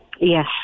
Yes